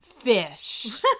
Fish